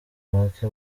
bake